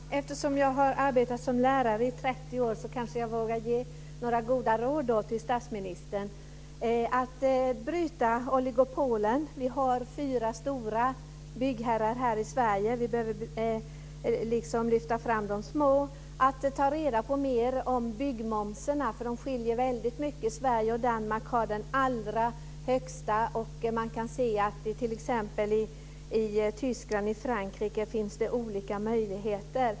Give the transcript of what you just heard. Fru talman! Eftersom jag har arbetat som lärare i 30 år kanske jag vågar ge några goda råd till statsministern. Det ena är att bryta oligopolen. Vi har fyra stora byggherrar här i Sverige. Vi behöver lyfta fram de små. Det andra är att ta reda på mer om byggmomserna. De skiljer sig mycket åt. Sverige och Danmark har de allra högsta. I t.ex. Tyskland och Frankrike finns det olika möjligheter.